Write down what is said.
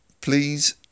please